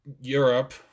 Europe